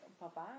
Bye-bye